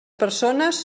persones